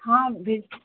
हाँ बिल